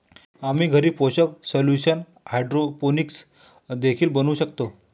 आम्ही घरी पोषक सोल्यूशन हायड्रोपोनिक्स देखील बनवू शकतो